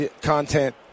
content